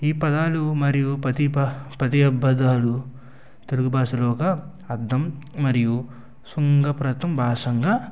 ఈ పదాలు మరియు పతి పా పతి అబదాలు తెలుగు భాషలో ఒక అద్దం మరియు సుభప్రదం భాషంగా